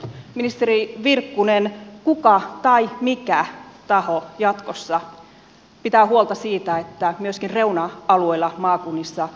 ministeri virkkunen kuka tai mikä taho jatkossa pitää huolta siitä että myöskin reuna alueilla maakunnissa elinkeinoja kehitetään